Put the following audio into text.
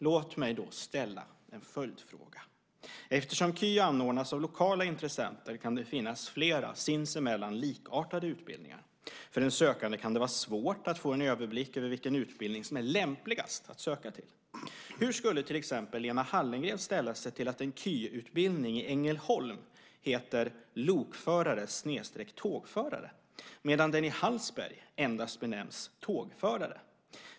Låt mig då ställa en följdfråga. Eftersom KY anordnas av lokala intressenter kan det finnas flera sinsemellan likartade utbildningar. För en sökande kan det vara svårt att få en överblick över vilken utbildning som är lämpligast att söka till. Hur skulle till exempel Lena Hallengren ställa sig till att en kvalificerad yrkesutbildning i Ängelholm heter lokförare/tågförare medan den i Hallsberg endast benämns tågförare?